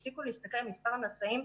הפסיקו להסתכל על מספר הנשאים,